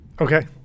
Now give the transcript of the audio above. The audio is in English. Okay